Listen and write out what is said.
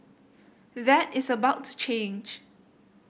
that is about to change